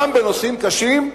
גם בנושאים קשים,